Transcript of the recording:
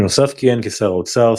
בנוסף כיהן כשר האוצר,